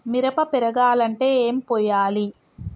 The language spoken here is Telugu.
మిరప పెరగాలంటే ఏం పోయాలి?